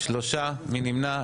שלושה, מי נמנע?